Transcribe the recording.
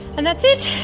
and that's it.